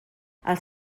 els